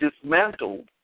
dismantled